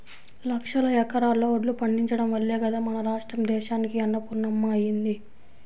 లక్షల ఎకరాల్లో వడ్లు పండించడం వల్లే గదా మన రాష్ట్రం దేశానికే అన్నపూర్ణమ్మ అయ్యింది